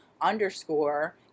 underscore